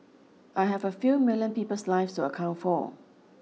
I have a few million people's lives to account for